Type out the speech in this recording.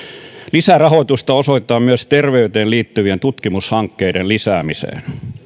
lisärahoitusta osoitetaan myös terveyteen liittyvien tutkimushankkeiden lisäämiseen